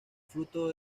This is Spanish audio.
fruto